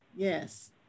Yes